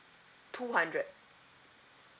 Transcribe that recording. two hundred